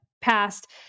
passed